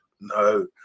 no